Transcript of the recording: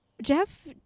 Jeff